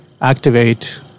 activate